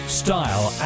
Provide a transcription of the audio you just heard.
style